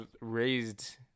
raised